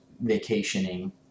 vacationing